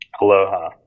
Aloha